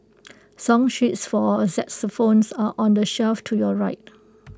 song sheets for xylophones are on the shelf to your right